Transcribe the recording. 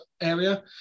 area